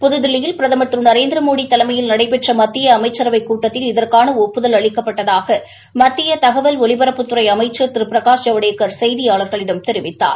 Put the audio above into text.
புத்தில்லியில் பிரதமர் திரு நரேந்திரமோடி தலைமையில் நடைபெற்ற மத்திய அமைச்சரவைக் கூட்டத்தில் இதற்கான ஒப்புதல் அளிக்கப்பட்டதாக மத்திய தகவல் ஒலிபரப்புத்துறை அமைச்சள் திரு பிகராஷ் ஜவடேக்கா் செய்தியாளர்களிடம் தெரிவித்தார்